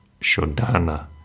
Shodana